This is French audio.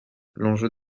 l’enjeu